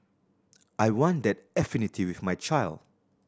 I want that affinity with my child